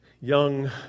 young